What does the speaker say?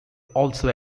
also